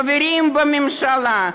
חברים בממשלה,